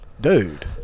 Dude